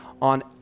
on